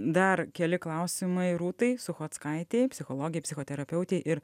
dar keli klausimai rūtai suchotskaitei psichologei psichoterapeutei ir